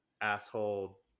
asshole